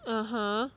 (uh huh)